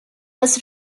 was